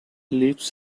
lives